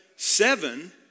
Seven